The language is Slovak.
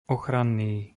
ochranný